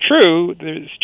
true